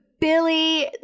Billy